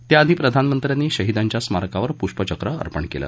यापूर्वी प्रधानमंत्र्यांनी शहिदांच्या स्मारकावर प्ष्पचक्र अर्पण केलं